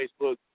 Facebook